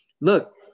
Look